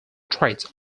traits